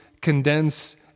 condense